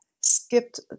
skipped